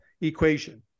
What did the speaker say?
equation